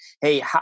hey